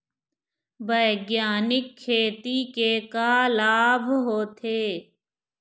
बैग्यानिक खेती के का लाभ होथे?